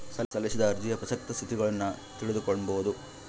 ಸಲ್ಲಿಸಿದ ಅರ್ಜಿಯ ಪ್ರಸಕ್ತ ಸ್ಥಿತಗತಿಗುಳ್ನ ತಿಳಿದುಕೊಂಬದು